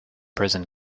prison